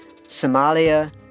Somalia